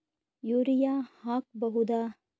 Urea ಹಾಕ್ ಬಹುದ?